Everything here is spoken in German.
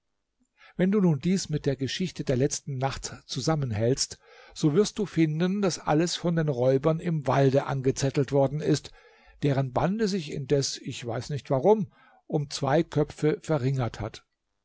wenn du nun dies mit der geschichte der letzten nacht zusammenhältst so wirst du finden daß alles von den räubern im walde angezettelt worden ist deren bande sich indes ich weiß nicht warum um zwei köpfe verringert hat